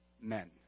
men